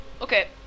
okay